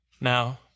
Now